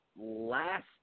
last